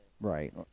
Right